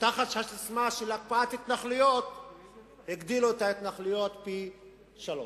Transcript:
ותחת הססמה של הקפאת התנחלויות הגדילו את ההתנחלויות פי-שלושה.